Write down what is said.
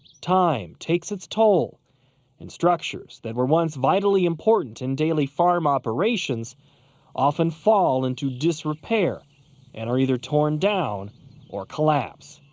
time takes its toll and structures that were once vitally important in daily farm operations often fall into disrepair and are either torn down or collapse.